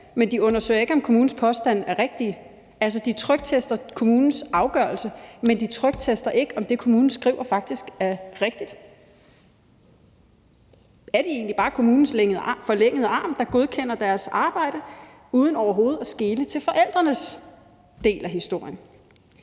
men de undersøger ikke, om kommunens påstande er rigtige. De tryktester kommunens afgørelse, men de tryktester ikke, om det, kommunen skriver, faktisk er rigtigt. Er de egentlig bare kommunens forlængede arm, der godkender deres arbejde uden overhovedet at skele til forældrenes del af historien?